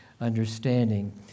understanding